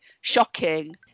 shocking